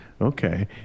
okay